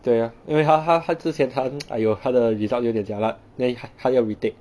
对 ah 因为他他他之前他 !aiyo! 他的 result 有点 jialat then 他他要 retake